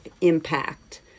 impact